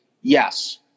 yes